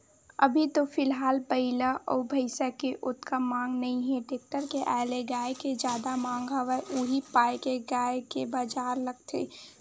अभी तो फिलहाल बइला अउ भइसा के ओतका मांग नइ हे टेक्टर के आय ले गाय के जादा मांग हवय उही पाय के गाय के बजार लगथे